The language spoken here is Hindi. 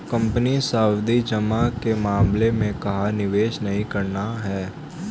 कंपनी सावधि जमा के मामले में कहाँ निवेश नहीं करना है?